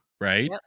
right